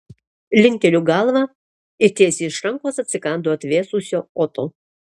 linkteliu galvą ir tiesiai iš rankos atsikandu atvėsusio oto